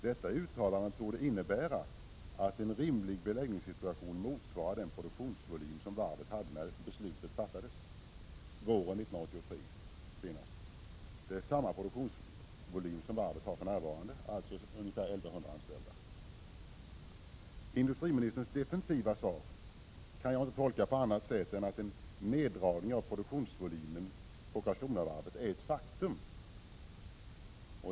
Detta uttalande torde innebära att en rimlig beläggningssituation skall motsvara den produktionsvolym som varvet hade när beslutet fattades våren 1983. Det är samma produktionsvolym som varvet har för närvarande, dvs. ungefär 1 100 anställda. Industriministerns defensiva svar kan jag inte tolka på annat sätt än att en neddragning av produktionsvolymen på Karlskronavarvet är ett faktum.